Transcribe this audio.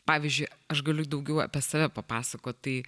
pavyzdžiui aš galiu daugiau apie save papasakot tai